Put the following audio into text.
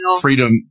Freedom